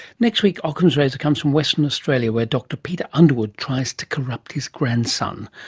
next week ockham's razor comes from western australia where dr peter underwood tries to corrupt his grandson.